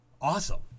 Awesome